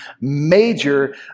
major